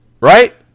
Right